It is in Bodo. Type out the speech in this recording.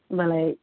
होमबालाय